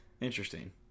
Interesting